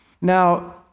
Now